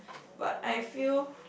but I feel